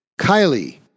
Kylie